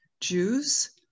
Jews